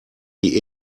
die